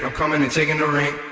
um and taking the ring